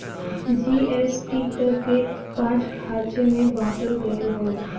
GST कर के पाँच खाँचे मे बाँटल गएल हौ